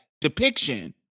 depiction